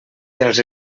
dels